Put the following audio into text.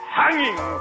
hanging